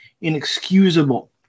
inexcusable